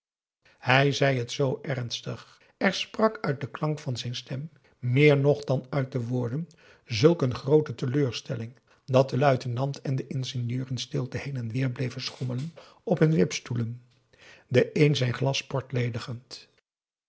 hij zei het z ernstig er sprak uit den klank van zijn stem meer nog dan uit de woorden zulk een groote teleurstelling dat de luitenant en de ingenieur in stilte heen en weer bleven schommelen op hun wipstoelen de een zijn glas port ledigend